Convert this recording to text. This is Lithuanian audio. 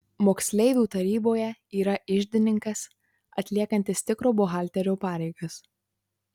moksleivių taryboje yra iždininkas atliekantis tikro buhalterio pareigas